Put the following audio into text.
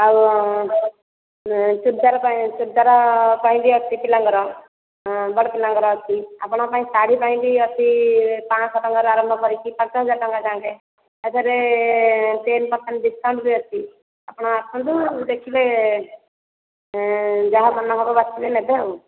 ଆଉ ଚୁଡ଼ିଦାର ପାଇଁ ଚୁଡ଼ିଦାର ପାଇଁ ବି ଅଛି ପିଲାଙ୍କର ବଡ଼ ପିଲା ଙ୍କର ଅଛି ଆପଣ ଙ୍କ ପାଇଁ ଶାଢ଼ୀ ପାଇଁ ବି ଅଛି ପାଞ୍ଚଶହ ଟଙ୍କାରୁ ଆରମ୍ଭ କରିକି ପାଞ୍ଚହଜାର ଟଙ୍କା ଯାଙ୍କେ ହେଥିରେ ଟେନ ପାରସେଣ୍ଟ ଡ଼ିସକାଉଣ୍ଟ ବି ଅଛି ଆପଣ ଆସନ୍ତୁ ଦେଖିବେ ଯାହା ମନ ହେବ ବାଛିକି ନେବେ ଆଉ